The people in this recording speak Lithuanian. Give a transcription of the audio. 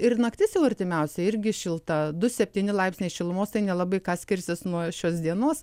ir naktis jau artimiausią irgi šilta du septyni laipsniai šilumos tai nelabai ką skirsis nuo šios dienos